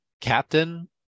captain